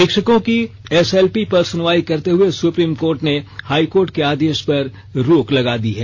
शिक्षकों की एसएलपी पर सुनवाई करते हुए सुप्रीम कोर्टे ने हाईकोर्ट के आदेश पर रोक लगा दी है